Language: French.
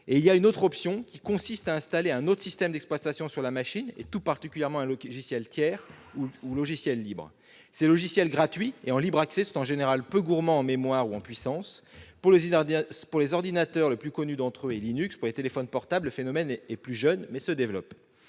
et 172 rectifié -ou installer un autre système d'exploitation sur la machine, tout particulièrement un logiciel tiers ou logiciel libre. Ces logiciels gratuits et en libre accès sont en général peu gourmands en mémoire et en puissance. Pour les ordinateurs, le plus connu d'entre eux est Linux. Pour les téléphones portables, le phénomène est plus récent, mais il se développe.